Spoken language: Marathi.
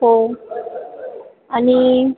हो आणि